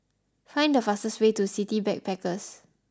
find the fastest way to City Backpackers